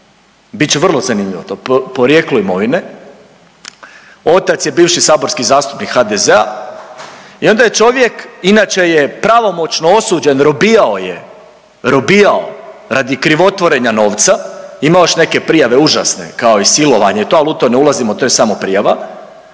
će vrlo zanimljivo to porijeklo imovine. Otac je bivši saborski zastupnik HDZ-a i onda je čovjek, inače je pravomoćno osuđen, robijao je, robijao radi krivotvorenja novca, ima još neke prijave užasne kao i silovanje i to, al u to ne ulazimo to je samo prijava,